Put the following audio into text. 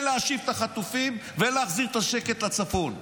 להשיב את החטופים ולהחזיר את השקט לצפון.